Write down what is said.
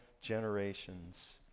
generations